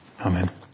amen